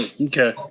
Okay